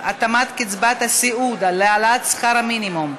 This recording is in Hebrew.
התאמת קצבת הסיעוד להעלאת שכר המינימום),